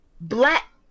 black